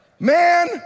Man